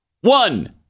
One